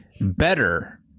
better